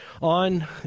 on